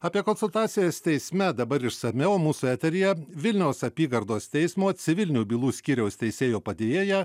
apie konsultacijas teisme dabar išsamiau mūsų eteryje vilniaus apygardos teismo civilinių bylų skyriaus teisėjo padėjėja